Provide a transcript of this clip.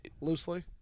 Loosely